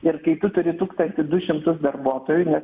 ir kai tu turi tūkstantį du šimtus darbuotojų nes